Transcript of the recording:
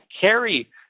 carry